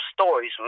stories